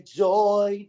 joy